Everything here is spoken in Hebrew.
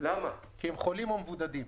כי הם חולים או מבודדים.